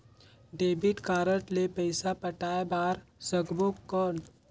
Debit card ले पइसा पटाय बार सकबो कौन?